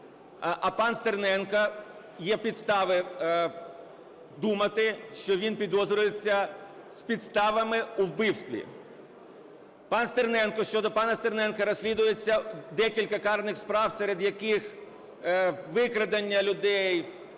а пан Стерненко, є підстави думати, що він підозрюється з підставами у вбивстві. Пан Стерненко… Щодо пана Стерненка розслідується декілька карних справ, серед яких викрадення людей,